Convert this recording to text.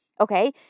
Okay